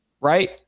Right